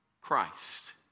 Christ